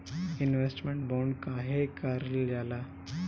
Investment bond काहे कारल जाला?